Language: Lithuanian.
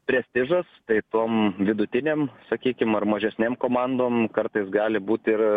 prestižas tai tom vidutinėm sakykim ar mažesnėm komandom kartais gali būti ir